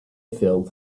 filled